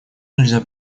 нельзя